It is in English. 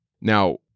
Now